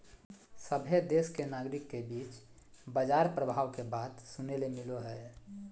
सभहे देश के नागरिक के बीच बाजार प्रभाव के बात सुने ले मिलो हय